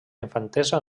infantesa